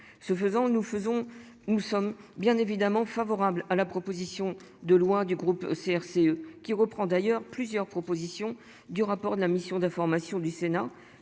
faisons, nous sommes bien évidemment favorables à la proposition de loi du groupe CRCE qui reprend d'ailleurs plusieurs propositions du rapport de la mission d'information du Sénat